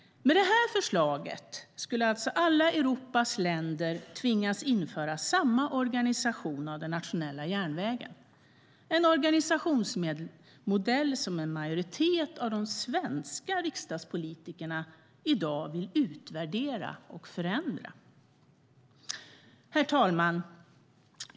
Med detta förslag skulle alltså alla Europas länder tvingas införa samma organisation av den nationella järnvägen. Det är en organisationsmodell som en majoritet av de svenska riksdagspolitikerna i dag vill utvärdera och förändra. Herr talman!